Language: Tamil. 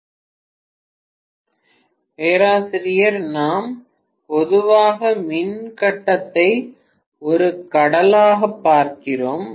மாணவர் 2709 பேராசிரியர் நாம் பொதுவாக மின் கட்டத்தை ஒரு கடலாகப் பார்க்கிறோம்